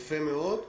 יפה מאוד.